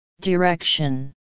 Direction